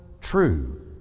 true